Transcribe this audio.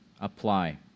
apply